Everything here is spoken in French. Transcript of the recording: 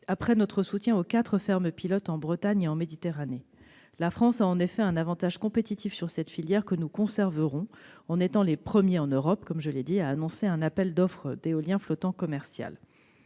après notre soutien aux quatre fermes pilotes en Bretagne et en Méditerranée. La France dispose en effet d'un avantage compétitif que nous conserverons en étant les premiers en Europe à annoncer un appel d'offres d'éolien flottant commercial.